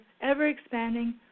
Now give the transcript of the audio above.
ever-expanding